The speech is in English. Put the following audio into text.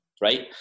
right